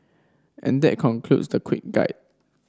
and that concludes the quick guide